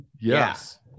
Yes